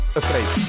afraid